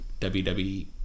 WWE